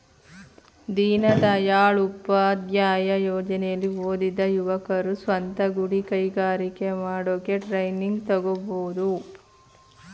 ದೀನದಯಾಳ್ ಉಪಾಧ್ಯಾಯ ಯೋಜನೆಲಿ ಓದಿದ ಯುವಕರು ಸ್ವಂತ ಗುಡಿ ಕೈಗಾರಿಕೆ ಮಾಡೋಕೆ ಟ್ರೈನಿಂಗ್ ತಗೋಬೋದು